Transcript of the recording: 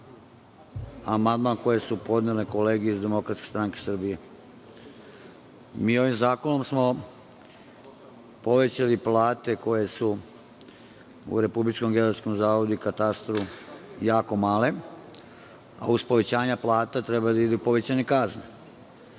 amandman koji su podnele kolege iz Demokratske stranke Srbije. Mi smo ovim zakonom povećali plate koje su u Republičkom geodetskom zavodu i katastru jako male, a uz povećanje plata treba i da ide povećanje kazne. Pre